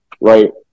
right